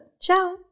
Ciao